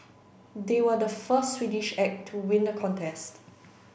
they were the first Swedish act to win the contest